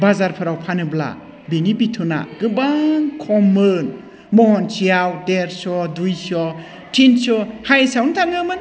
बाजारफोराव फानोब्ला बिनि बिथनआ गोबां खममोन महनसेआव देरस' दुइस' थिनस' हाइसआवनो थाङोमोन